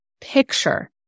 picture